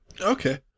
Okay